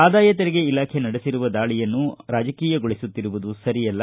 ಆದಾಯ ತೆರಿಗೆ ಇಲಾಖೆ ನಡೆಸಿರುವ ದಾಳಿಯನ್ನು ರಾಜಕೀಯಗೊಳಿಸುತ್ತಿರುವುದು ಸರಿಯಲ್ಲ